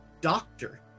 doctor